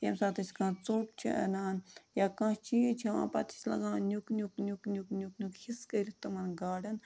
ییٚمہِ ساتہٕ أسۍ کانٛہہ ژوٚٹ چھِ اَنان یا کانٛہہ چیٖز چھِ یِوان پَتہٕ چھِ أسۍ لگاوان نیُک نیُک نیُک نیُک نیُک نیُک حِصہٕ کٔرِتھ تِمَن گاڈَن